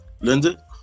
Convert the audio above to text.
Linda